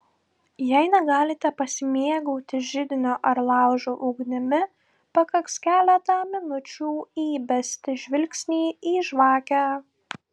jei negalite pasimėgauti židinio ar laužo ugnimi pakaks keletą minučių įbesti žvilgsnį į žvakę